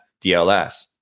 DLS